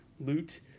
loot